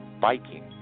biking